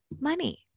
money